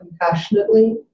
compassionately